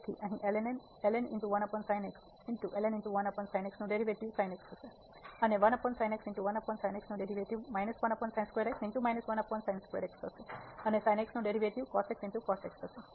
તેથી અહીં નું ડેરિવેટિવ sinx હશે અને નું ડેરિવેટિવ હશે અને sinx નું ડેરિવેટિવ થશે